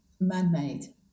man-made